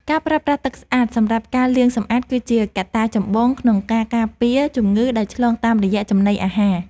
ការប្រើប្រាស់ទឹកស្អាតសម្រាប់ការលាងសម្អាតគឺជាកត្តាចម្បងក្នុងការការពារជំងឺដែលឆ្លងតាមរយៈចំណីអាហារ។